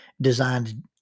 designed